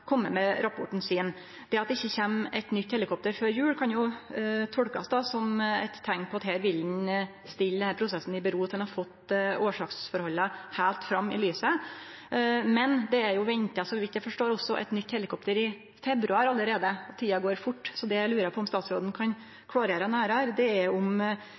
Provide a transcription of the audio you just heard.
med rapporten sin. Det at det ikkje kjem eit nytt helikopter før jul, kan jo tolkast som eit teikn på at her vil ein leggje prosessen til sides til ein har fått årsaksforholda heilt fram i lyset. Men det er jo venta, så vidt eg forstår, eit nytt helikopter allereie i februar. Tida går fort, så det eg lurer på om statsråden kan klårgjere nærare, er om det faktisk er